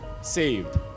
saved